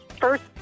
first